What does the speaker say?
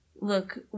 Look